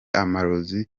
amarozi